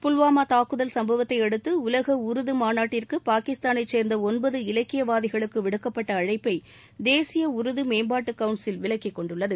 புல்வாமா தாக்குதல் சம்பவத்தையடுத்து உலக உருது மாநாட்டிற்கு பாகிஸ்தானைச் சேர்ந்த ஒன்பது இலக்கியவாதிகளுக்கு விடுக்கப்பட்ட அழைப்பை தேசிய உருது மேம்பாட்டு கவுன்சில் விலக்கிக் கொண்டுள்ளது